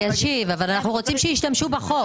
אלישיב, אבל אנחנו רוצים שישתמשו בחוק.